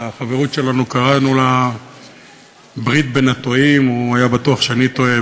לחברות שלנו קראנו "ברית בין הטועים" הוא היה בטוח שאני טועה,